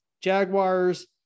Jaguars